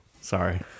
Sorry